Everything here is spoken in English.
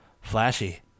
Flashy